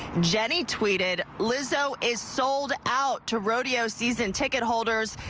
jenny tweeted, lizzo is sold out to rodeo season ticketholders.